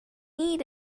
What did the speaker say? need